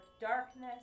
darkness